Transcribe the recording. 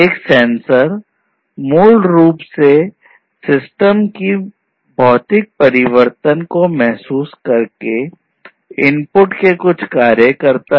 एक सेंसर मूल रूप से प्रणाली हैं